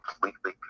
completely